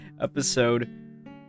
episode